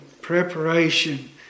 preparation